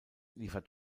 liefert